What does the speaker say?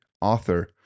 author